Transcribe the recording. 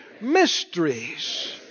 mysteries